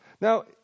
Now